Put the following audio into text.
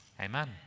Amen